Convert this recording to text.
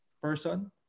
person